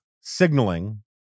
signaling